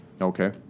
Okay